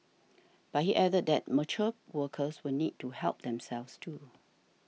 but he added that mature workers will need to help themselves too